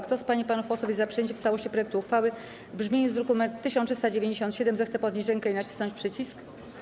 Kto z pań i panów posłów jest za przyjęciem w całości projektu uchwały w brzmieniu z druku nr 1397, zechce podnieść rękę i nacisnąć przycisk.